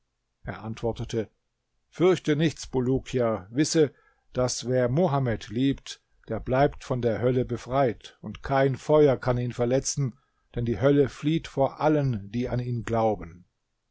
er antwortete fürchte nichts bulukia wisse daß wer mohammed liebt der bleibt von der hölle befreit und kein feuer kann ihn verletzen denn die hölle flieht vor allen die an ihn glauben